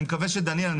אני מקווה שדניאל,